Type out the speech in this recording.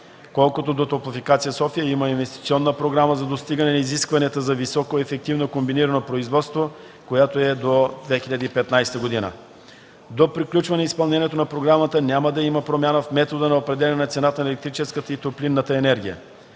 Колкото до „Топлофикация – София”, има инвестиционна програма за достигане изискванията за високоефективно комбинирано производство, която е до 2015 г. До приключване изпълнението на програмата, няма да има промяна в метода на определяне на цената за електрическата и топлинната енергия.